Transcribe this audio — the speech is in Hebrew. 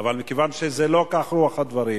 אבל מכיוון שלא כך רוח הדברים,